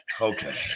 Okay